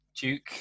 Duke